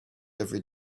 every